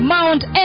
Mount